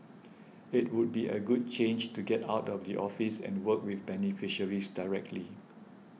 it would be a good change to get out of the office and work with beneficiaries directly